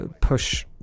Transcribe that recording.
push